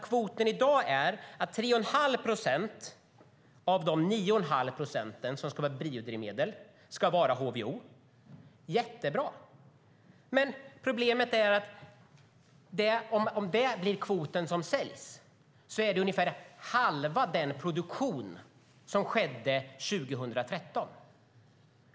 Kvoten i dag är att 3,5 procent av de 9,5 procent som ska vara biodrivmedel ska vara HVO. Det är jättebra. Men om det blir den kvot som sägs är det ungefär halva den produktion som skedde 2013.